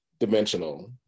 Dimensional